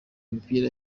imipira